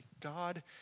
God